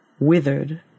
withered